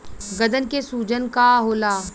गदन के सूजन का होला?